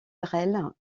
brel